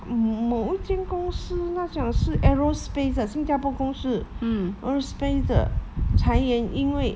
某一间公司她讲是 aerospace 的新加坡公司 aerospace 的裁员因为